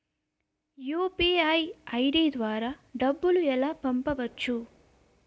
UPI ID ద్వారా డబ్బులు ఎలా పంపవచ్చు?